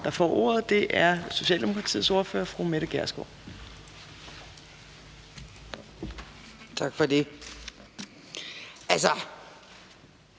der får ordet, er Socialdemokratiets ordfører, fru Mette Gjerskov. Kl.